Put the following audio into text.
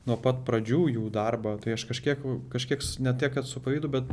nuo pat pradžių jų darbą tai aš kažkiek kažkiek s ne tiek kad su pavydu bet